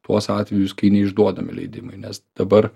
tuos atvejus kai neišduodami leidimai nes dabar